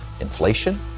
inflation